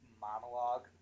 monologue